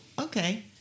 okay